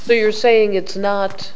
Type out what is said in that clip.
so you're saying it's not